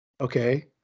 okay